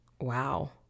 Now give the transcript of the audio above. Wow